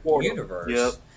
universe